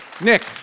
Nick